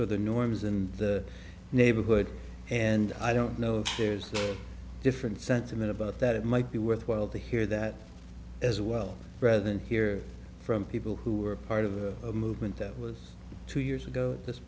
for the norms and the neighborhood and i don't know if there's a different sentiment about that it might be worthwhile to hear that as well rather than hear from people who were part of a movement that was two years ago at this